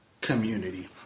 community